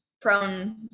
prone